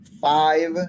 five